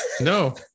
no